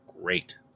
great